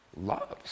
loves